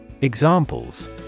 Examples